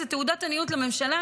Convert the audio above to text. זאת תעודת עניות לממשלה,